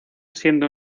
siendo